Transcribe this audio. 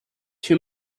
too